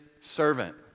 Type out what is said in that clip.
servant